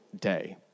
day